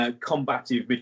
Combative